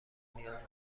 نیاز